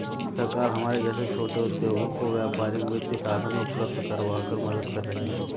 सरकार हमारे जैसे छोटे उद्योगों को व्यापारिक वित्तीय साधन उपल्ब्ध करवाकर मदद कर रही है